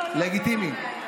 לגיטימי.